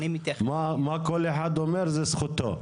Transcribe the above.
מה כל אחד אומר זה זכותו,